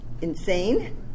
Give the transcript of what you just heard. insane